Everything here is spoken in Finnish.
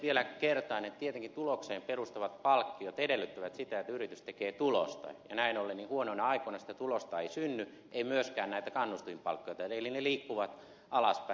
vielä kertaan että tietenkin tulokseen perustuvat palkkiot edellyttävät sitä että yritys tekee tulosta ja näin ollen huonoina aikoina sitä tulosta ei synny eikä myöskään kannustinpalkkioita eli ne liikkuvat alaspäin